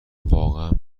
واقعا